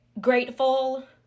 grateful